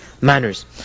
manners